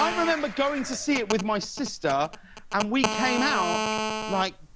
um remember going to see it with my sister and we came out like